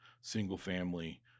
single-family